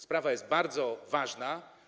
Sprawa jest bardzo ważna.